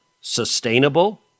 sustainable